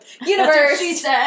Universe